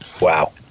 wow